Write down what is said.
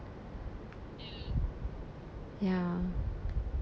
ya